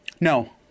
No